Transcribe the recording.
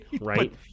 Right